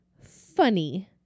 funny